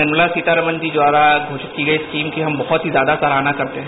निर्मला सीतारामन जी द्वारा घोषित की गई स्कीम की हम बहुत ही ज्यादा सराहना करते हैं